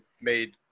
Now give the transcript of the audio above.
made